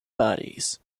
bodies